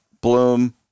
bloom